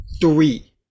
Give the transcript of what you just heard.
Three